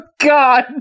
God